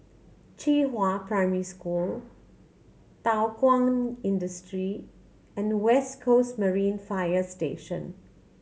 Qihua Primary School Thow Kwang Industry and West Coast Marine Fire Station